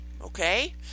okay